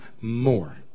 more